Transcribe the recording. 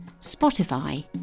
Spotify